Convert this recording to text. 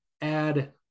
add